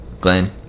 Glenn